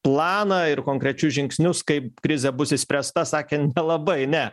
planą ir konkrečius žingsnius kaip krizė bus išspręsta sakė nelabai ne